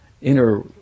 inner